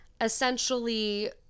essentially